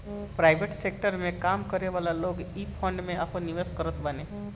private sector में काम करेवाला लोग इ फंड में आपन निवेश करत बाने